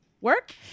work